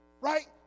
right